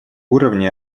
уровне